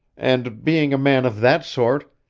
and, being a man of that sort,